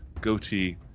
goatee